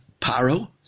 paro